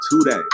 today